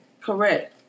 Correct